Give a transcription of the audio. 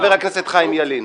חבר הכנסת חיים ילין.